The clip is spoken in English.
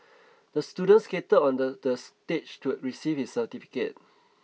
the student skated onto the the stage to receive his certificate